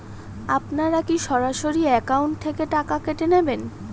আপনারা কী সরাসরি একাউন্ট থেকে টাকা কেটে নেবেন?